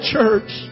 Church